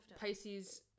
Pisces